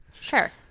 Sure